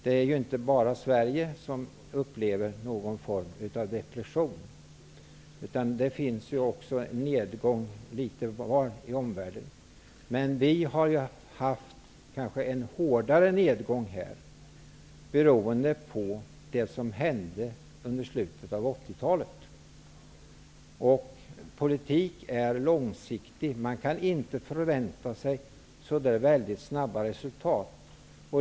Det är ju inte bara Sverige som upplever en form av depression, utan det finns en nedgång litet varstans i omvärlden. Men vi har kanske haft en större nedgång i Sverige beroende på det som hände under slutet av 80-talet. Politik måste bedrivas långsiktigt. Man kan inte förvänta sig så snabba resultat.